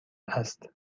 است